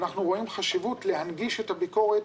אנחנו רואים חשיבות להנגיש את הביקורת